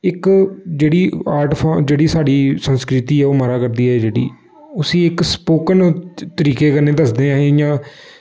इक जेह्ड़ी art form जेह्ड़ी साढ़ी संस्कृति ओह् मरा करदी ऐ जेह्ड़ी उसी इक स्पोकन तरीके कन्नै दस्सदे अहें इ'यां